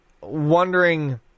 wondering